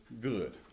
good